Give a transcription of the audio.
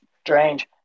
strange